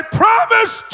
promise